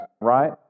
right